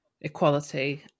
equality